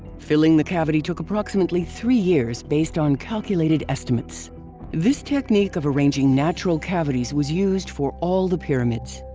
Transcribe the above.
filling the cavity took approximately three years based on calculated estimates this technique of arranging natural cavities was used for all the pyramids.